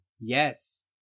Yes